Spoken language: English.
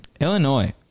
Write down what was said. Illinois